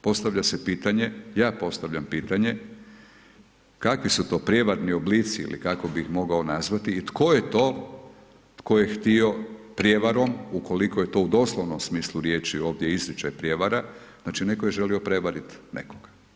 Postavlja se pitanje, ja postavljam pitanje, kakvi su to prijevarni oblici ili kako bih ih mogao nazvati i tko je to tko je htio prijevarom, ukoliko je to u doslovnom smislu riječi ovdje izričaj prijevara, znači netko je želio prevarit nekog.